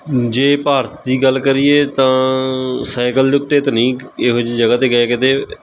ਜੇ ਭਾਰਤ ਦੀ ਗੱਲ ਕਰੀਏ ਤਾਂ ਸਾਈਕਲ ਦੇ ਉੱਤੇ ਤਾਂ ਨਹੀਂ ਇਹੋ ਜਿਹੀ ਜਗ੍ਹਾ 'ਤੇ ਗਏ ਕਿਤੇ